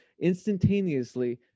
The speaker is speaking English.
instantaneously